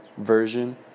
version